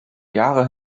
jahre